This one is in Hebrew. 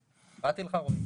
הפרעתי לך, רועי?